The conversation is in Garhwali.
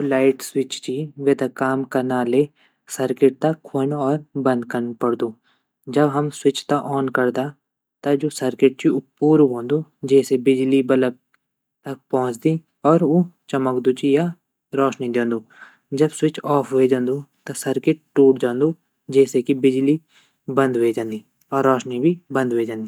जू लाइट स्विच ची वेता काम कना ले सर्किट त ख्वोंन और बंद कन पड़दू जब हम स्विच त ऑन करदा त जून सर्किट ची ऊ पुरु वंदु जैसे बिजली बल्ब तक पोंछदी और ऊ चमकदू ची या रोशनी ड्यनदू जब स्विच ऑफ वे जांदू त सर्किट टूट जन्दू जैसे की बिजली बंद वे ज़ान्दी और रोशनी भी बंद वे ज़ान्दी।